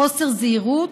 חוסר זהירות,